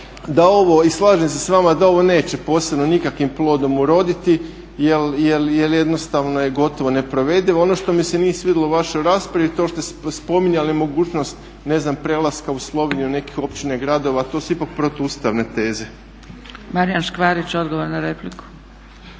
da ovo, i slažem se s vama da ovo neće posebno nikakvim plodom uroditi jel jednostavno je gotovo neprovedivo. Ono što mi se nije svidjelo u vašoj raspravi je to što ste spominjali mogućnost ne znam prelaska u Sloveniju nekih općina i gradova. To su ipak protuustavne teze. **Zgrebec, Dragica (SDP)** Marijan Škvarić odgovor na repliku.